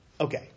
Okay